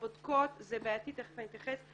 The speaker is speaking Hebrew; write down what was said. הבודקות זה בעייתי, תיכף אני אתייחס.